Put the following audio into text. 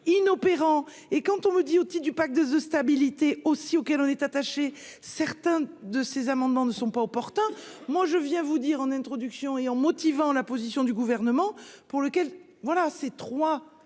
inopérant et quand on me dit aussi du pacte de de stabilité aussi auxquelles on est attaché, certains de ces amendements ne sont pas opportun, moi, je viens vous dire en introduction et en motivant la position du gouvernement pour lequel voilà c'est